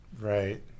Right